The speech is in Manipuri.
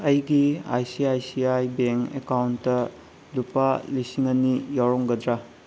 ꯑꯩꯒꯤ I C I C I bank ꯑꯦꯀꯥꯎꯟꯗ ꯂꯨꯄꯥ ꯂꯤꯁꯤꯡ ꯑꯅꯤ ꯌꯥꯎꯔꯝꯒꯗ꯭ꯔ